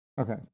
Okay